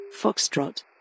Foxtrot